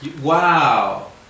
Wow